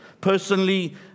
Personally